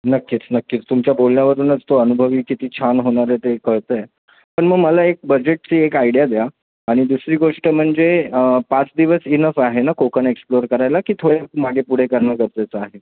नक्कीच नक्कीच तुमच्या बोलण्यावरूनच तो अनुभवही किती छान होणार आहे ते कळतं आहे पण मग मला एक बजेटची एक आयडिया द्या आणि दुसरी गोष्ट म्हणजे पाच दिवस इनफ आहे ना कोकन एक्सप्लोर करायला की थोडे मागे पुढे करणं गरजेचं आहे